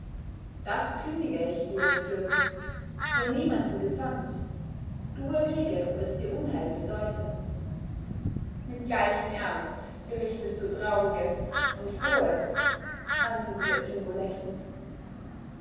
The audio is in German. das kündige ich dir fürst von niemandem gesandt du erwäge ob es dir unheil bedeute mit gleichem ernst berichtest du trauriges und frohes antwortete ingo lächelnd